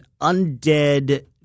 undead